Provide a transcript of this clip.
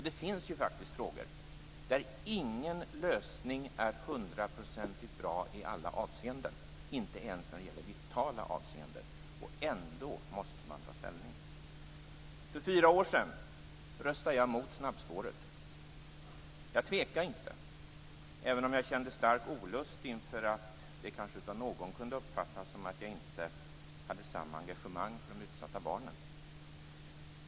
Det finns faktiskt frågor där ingen lösning är hundraprocentigt bra i alla avseenden, inte ens i vitala avseenden, samtidigt som man ändå måste ta ställning. För fyra år sedan röstade jag emot snabbspåret. Jag tvekade inte, även om jag kände stark olust inför att det kanske av någon kunde uppfattas som att jag inte hade tillräckligt stort engagemang för de utsatta barnen.